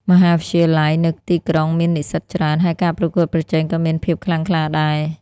មហាវិទ្យាល័យនៅទីក្រុងមាននិស្សិតច្រើន ហើយការប្រកួតប្រជែងក៏មានភាពខ្លាំងក្លាដែរ។